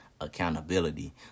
accountability